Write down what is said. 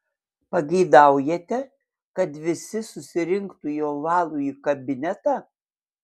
pageidaujate kad visi susirinktų į ovalųjį kabinetą